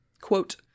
quote